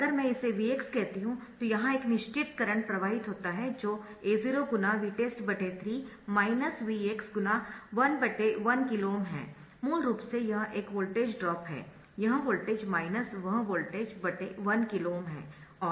अगर मैं इसे Vx कहती हूं तो यहां एक निश्चित करंट प्रवाहित होता है जो A0 × Vtest3 Vx × 11KΩ है मूल रूप से यह एक वोल्टेज ड्रॉप है यह वोल्टेज वह वोल्टेज 1KΩ है